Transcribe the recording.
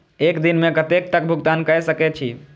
एक दिन में कतेक तक भुगतान कै सके छी